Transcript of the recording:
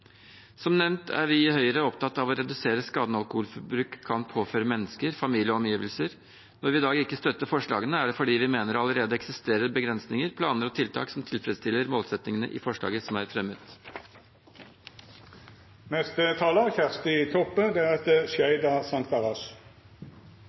Som nevnt er vi i Høyre opptatt av å redusere skadene alkoholforbruk kan påføre mennesker, familier og omgivelser. Når vi i dag ikke støtter forslagene, er det fordi vi mener det allerede eksisterer begrensinger, planer og tiltak som tilfredsstiller målsettingene i de forslagene som er